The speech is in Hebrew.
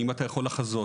האם אתה יכול לחזות?